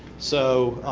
so